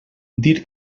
dir